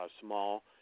small